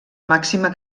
màxima